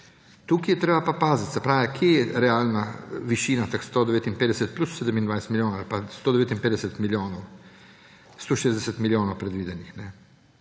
Tukaj je treba paziti, kje je realna višina teh 159 plus 27 milijonov ali pa 159 milijonov, 160 milijonov predvidenih.